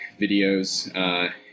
videos